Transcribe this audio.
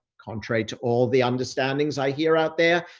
contrary to all the understandings i hear out there.